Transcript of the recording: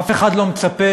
אף אחד לא מצפה,